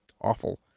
awful